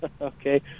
okay